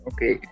Okay